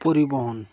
পরিবহন